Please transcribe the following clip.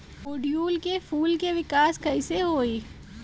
ओड़ुउल के फूल के विकास कैसे होई?